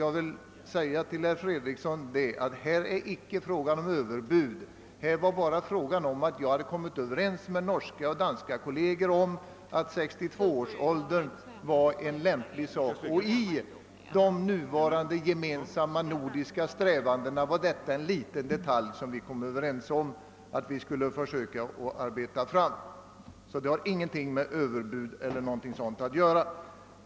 Jag vill säga till herr Fredriksson att det här inte föreligger något överbud; här är det bara så att jag kommit överens med norska och danska kolleger om att 62 års ålder är en lämplig pensionsålder när det gäller yrkesfiskare. Detta är i de nuvarande gemensamma nordiska strävandena en liten detalj som vi kommit överens om att försöka genomföra. Detta har alltså ingenting med överbud .eller någonting sådant att göra.